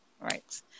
right